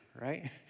right